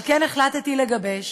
על כן החלטתי לגבש